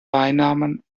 beinamen